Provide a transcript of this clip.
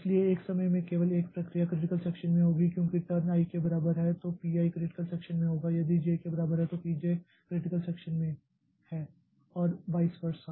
इसलिए एक समय में केवल एक प्रक्रिया क्रिटिकल सेक्षन में होगी क्योंकि टर्न i के बराबर है तो P i क्रिटिकल सेक्षन में होगा यदि j के बराबर है तो P j क्रिटिकल सेक्षन में है और वाइस वर्सा